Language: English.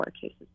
cases